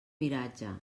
miratge